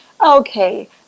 okay